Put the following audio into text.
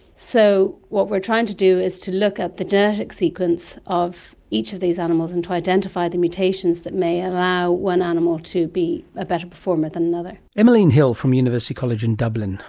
so what we're trying to do is to look at the genetic sequence of each of these animals and to identify the mutations that may allow one animal to be a better performer than another. emmeline hill from university college in dublin.